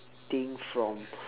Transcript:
thing from